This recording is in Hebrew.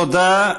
תודה.